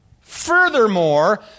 furthermore